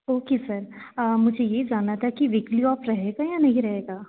okay sir मुझे यह जानना था कि वीकली ऑफ रहेगा या नहीं रहेगा